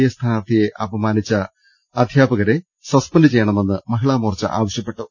A സ്ഥാനാർത്ഥിയെ അപമാനിച്ച സർവ്വകലാശാല അധ്യാപകരെ സസ്പെൻഡ് ചെയ്യണമെന്ന് മഹിളാമോർച്ച ആവശ്യപ്പെട്ടു